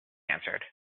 answered